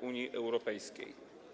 Unii Europejskiej.